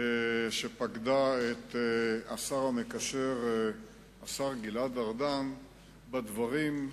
שפקדה את השר המקשר גלעד ארדן בדברים,